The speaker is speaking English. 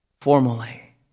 formally